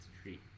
Street